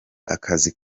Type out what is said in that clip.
akazi